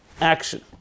action